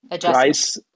price